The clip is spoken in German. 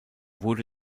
wurde